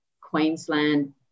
Queensland